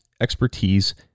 expertise